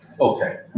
Okay